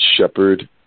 shepherd